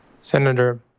Senator